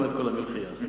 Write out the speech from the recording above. הרי אני מחזק את ידיך.